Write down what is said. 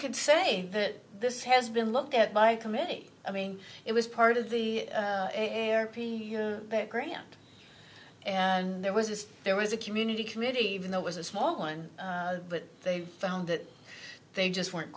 could say that this has been looked at by committee i mean it was part of the grand and there was this there was a community committee even though it was a small one but they found that they just weren't